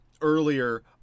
earlier